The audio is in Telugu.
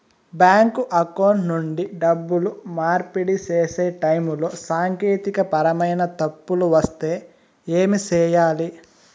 బ్యాంకు అకౌంట్ నుండి డబ్బులు మార్పిడి సేసే టైములో సాంకేతికపరమైన తప్పులు వస్తే ఏమి సేయాలి